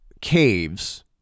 caves